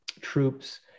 troops